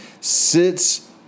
sits